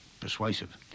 persuasive